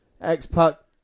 X-Puck